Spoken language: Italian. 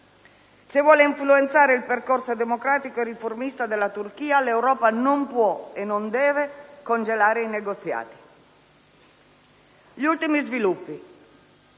Se vuole influenzare il percorso democratico e riformista della Turchia, l'Europa non può e non deve congelare i negoziati. Per quanto riguarda